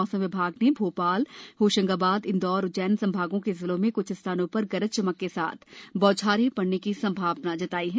मौसम विभाग ने भोपाल होशगांबाद इंदौर उज्जैन संभागो के जिलों में क्छ स्थानों पर गरज चमक के साथ बौछारे पड़ने की संभावना जताई है